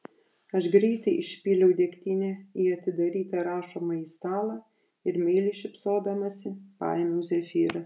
aš greitai išpyliau degtinę į atidarytą rašomąjį stalą ir meiliai šypsodamasi paėmiau zefyrą